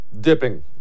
Dipping